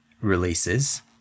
releases